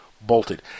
bolted